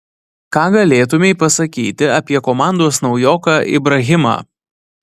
ką galėtumei pasakyti apie komandos naujoką ibrahimą